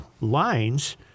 lines